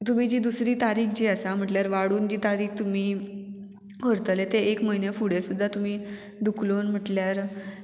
तुमी जी दुसरी तारीक जी आसा म्हटल्यार वाडोवन जी तारीख तुमी व्हरतले ते एक म्हयने फुडें सुद्दां तुमी दुखलून म्हटल्यार